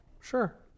Sure